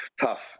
Tough